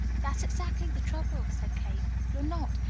that's exactly the trouble, said kate. you're not.